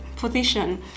Position